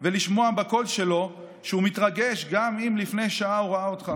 לרעש שאתה מביא איתך,